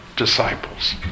disciples